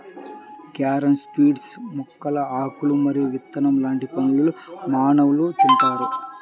carom seeds మొక్కల ఆకులు మరియు విత్తనం లాంటి పండ్లను మానవులు తింటారు